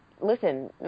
listen